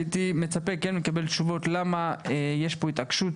הייתי מצפה לקבל תשובות למה יש פה התעקשות